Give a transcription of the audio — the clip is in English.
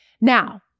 Now